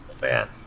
Man